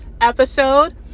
episode